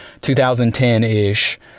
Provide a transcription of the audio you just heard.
2010-ish